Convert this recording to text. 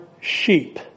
sheep